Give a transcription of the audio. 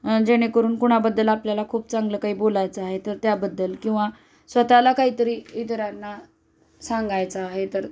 जेणेकरून कुणाबद्दल आपल्याला खूप चांगलं काही बोलायचं आहे तर त्याबद्दल किंवा स्वतःला काहीतरी इतरांना सांगायचं आहे तर